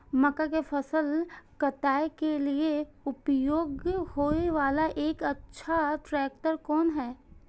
मक्का के फसल काटय के लिए उपयोग होय वाला एक अच्छा ट्रैक्टर कोन हय?